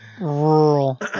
rural